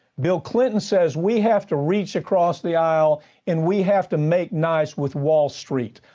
bill clinton says we have to reach across the aisle and we have to make nice with wall street,